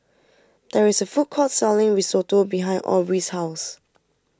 there is a food court selling Risotto behind Aubrie's house